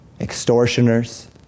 extortioners